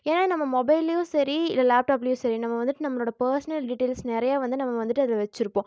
ஏன்னா நம்ம மொபைல்லையும் சரி இல்லை லேப்டாப்லையும் சரி நம்ம வந்துவிட்டு நம்மளோட பர்ஸ்னல் டீட்டைல்ஸ் நிறையா வந்து நம்ம வந்துவிட்டு அதில் வச்சுருப்போம்